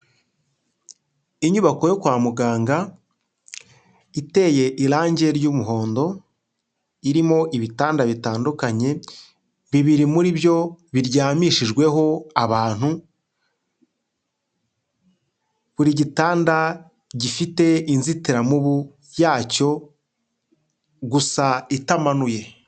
Inyubako yo kwa muganga iteye irangi ry'umuhondo, irimo ibitanda bitandukanye; bibiri muri byo biryamishijweho abantu, buri gitanda gifite inzitiramubu yacyo gusa itamanuye.